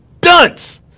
dunce